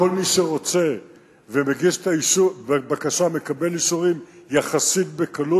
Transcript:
כל מי שרוצה ומגיש בקשה מקבל אישורים יחסית בקלות,